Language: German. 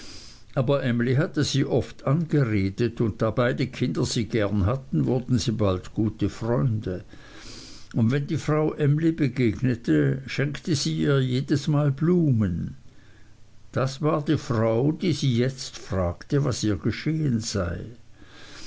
aber emly hatte sie oft angeredet und da beide kinder gern hatten wurden sie bald gute freunde und wenn die frau emly begegnete schenkte sie ihr jedesmal blumen das war die frau die sie jetzt fragte was ihr geschehen sei